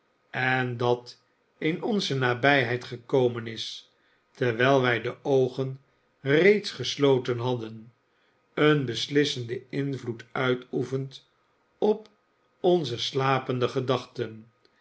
en dat in onze nabijheid gekomen is terwijl wij de oogen reeds gesloten hadden een bes issenden invloed uitoefent op onze slapende gedachten